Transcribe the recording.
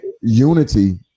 Unity